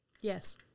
Yes